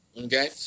Okay